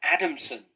Adamson